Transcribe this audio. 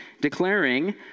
declaring